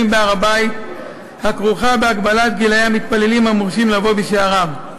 בהר-הבית הכרוכה בהגבלת גילי המתפללים המורשים לבוא בשעריו.